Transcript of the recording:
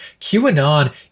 QAnon